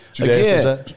again